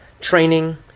training